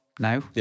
No